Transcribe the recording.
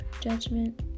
judgment